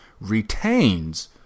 retains